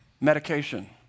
Medication